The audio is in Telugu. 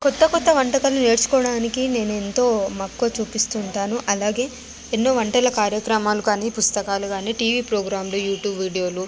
కొత్త కొత్త వంటకాలు నేర్చుకోవడానికి నేనెంతో మక్కువ చూపిస్తూ ఉంటాను అలాగే ఎన్నో వంటల కార్యక్రమాలు కానీ పుస్తకాలు కానీ టీవీ ప్రోగ్రామ్లు యూట్యూబ్ వీడియోలు